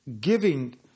giving